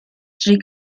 three